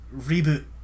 Reboot